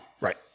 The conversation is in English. Right